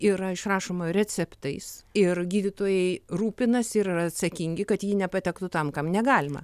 yra išrašoma receptais ir gydytojai rūpinasi ir yra atsakingi kad ji nepatektų tam kam negalima